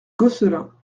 gosselin